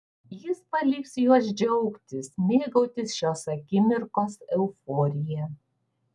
jis paliks juos džiaugtis mėgautis šios akimirkos euforija